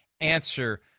answer